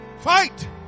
fight